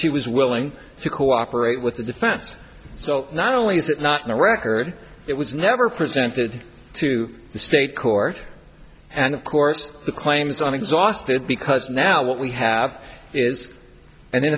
she was willing to cooperate with the defense so not only is it not in the record it was never presented to the state court and of course the claim is on exhausted because now what we have is an